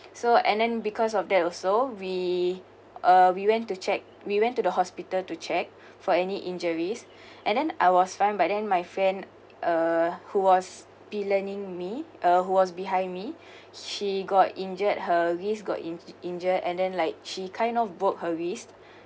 so and then because of that also we uh we went to check we went to the hospital to check for any injuries and then I was fine but then my friend uh who was pillaring me uh who was behind me she got injured her wrist got in injured and then like she kind of broke her wrist